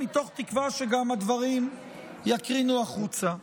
מתוך תקווה שגם הדברים יקרינו החוצה.